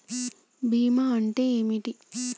బీమా అంటే ఏమిటి?